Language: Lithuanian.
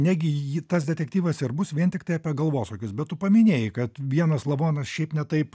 negi ji tas detektyvas ir bus vien tiktai apie galvosūkius bet tu paminėjai kad vienas lavonas šiaip ne taip